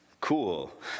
cool